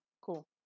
Cool